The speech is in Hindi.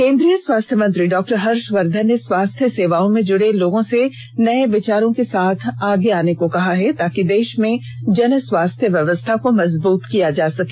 केन्द्रीय स्वास्थ्य मंत्री डॉक्टर हर्षवर्धन ने स्वास्थ्य सेवाओं से जुडे लोगों से नये विचारों के साथ आगे आने को कहा है ताकि देश में जन स्वास्थ्य व्यवस्था को मजबूत किया जा सके